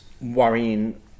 worrying